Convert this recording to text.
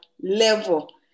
level